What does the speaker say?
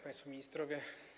Państwo Ministrowie!